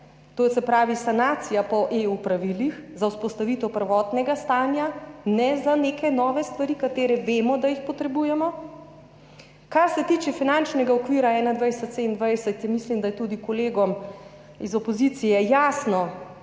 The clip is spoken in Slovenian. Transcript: to se pravi sanacija po EU pravilih za vzpostavitev prvotnega stanja, ne za neke nove stvari, za katere vemo, da jih potrebujemo. Kar se tiče finančnega okvira 2021–2027, mislim, da je tudi kolegom iz opozicije jasno,